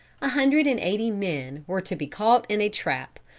a hundred and eighty men were to be caught in a trap,